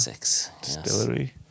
Distillery